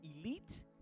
elite